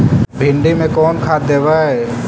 भिंडी में कोन खाद देबै?